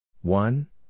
One